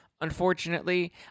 unfortunately